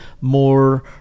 more